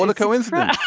and coincidence.